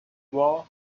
war